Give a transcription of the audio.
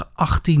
18